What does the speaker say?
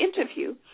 interview